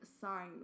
sign